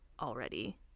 already